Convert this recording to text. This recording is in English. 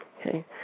Okay